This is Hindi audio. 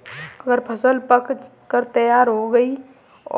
अगर फसल पक कर तैयार हो गई है